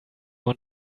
want